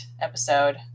episode